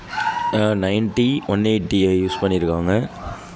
ninety one எயிட்டியை use பண்ணியிருக்காங்க